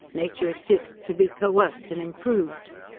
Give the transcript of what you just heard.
nature exists to be coerced and improved.